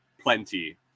plenty